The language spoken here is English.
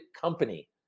Company